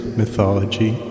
mythology